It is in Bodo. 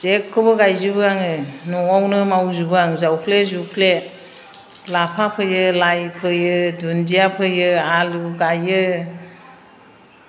जेखौबो गायजोबो आङो न'आवनो मावजोबो आं जावफ्ले जुवफ्ले लाफा फोयो लाइ फोयो दुन्दिया फोयो आलु गायो